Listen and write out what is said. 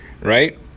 Right